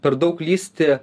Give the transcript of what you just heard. per daug lįsti